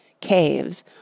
Caves